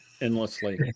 endlessly